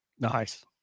Nice